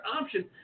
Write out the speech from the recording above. option